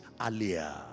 earlier